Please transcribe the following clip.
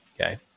Okay